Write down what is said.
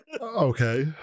okay